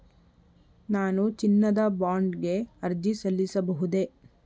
ನಾನು ಚಿನ್ನದ ಬಾಂಡ್ ಗೆ ಅರ್ಜಿ ಸಲ್ಲಿಸಬಹುದೇ?